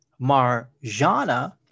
Marjana